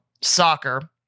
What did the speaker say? soccer